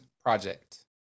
project